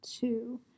two